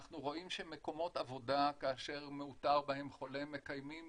אנחנו רואים שמקומות עבודה כאשר מאותר בהם חולה מקיימים